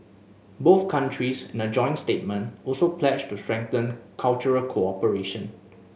both countries in a joint statement also pledged to strengthen cultural cooperation